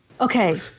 Okay